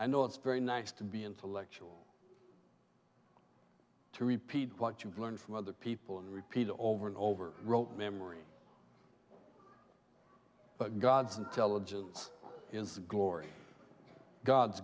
though it's very nice to be intellectual to repeat what you've learned from other people and repeat it over and over rote memory god's intelligence is glory god's